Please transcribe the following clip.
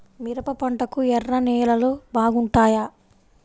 మిరప పంటకు ఎర్ర నేలలు బాగుంటాయా?